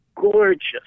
gorgeous